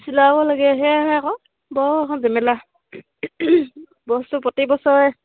চিলাব লাগে সেয়াহে আকৌ বৰ এখন জেমেলা বস্তু প্ৰতি বছৰে